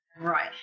right